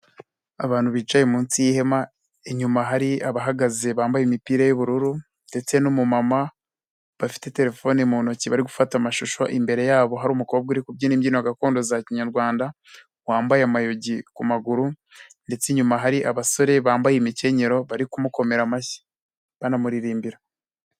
Abantu bicaye munsi y'ihema inyuma hari abahagaze bambaye imipira y'ubururu ndetse n'umumama bafite telefone mu ntoki bari gufata amashusho, imbere yabo hari umukobwa uri kubyina imbyino gakondo za kinyarwanda, wambaye amayogi ku maguru ndetse inyuma hari abasore bambaye imikenyero bari kumukomera amashyi, banamuririmbira.